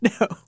no